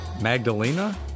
Magdalena